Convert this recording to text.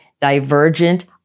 divergent